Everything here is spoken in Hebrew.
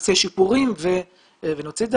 נעשה שיפורים ונוציא את זה.